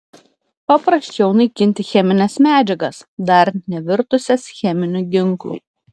paprasčiau naikinti chemines medžiagas dar nevirtusias cheminiu ginklu